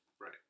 Right